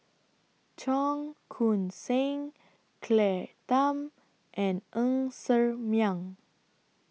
Cheong Koon Seng Claire Tham and Ng Ser Miang